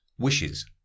Wishes